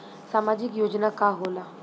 सामाजिक योजना का होला?